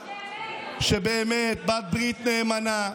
שהיא באמת בעלת ברית נאמנה,